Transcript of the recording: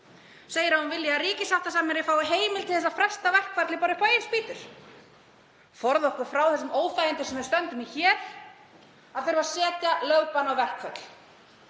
Segir að hún vilji að ríkissáttasemjari fái heimild til að fresta verkfalli bara upp á eigin spýtur, forði okkur frá þeim óþægindum sem við stöndum í hér að þurfa að setja lögbann á verkföll.